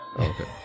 Okay